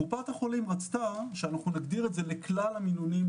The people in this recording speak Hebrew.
קופת החולים רצתה שנגדיר את זה לכלל המינונים,